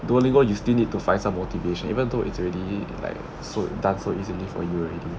duolingo you still need to find some motivation even though it's already like so done so easily for you already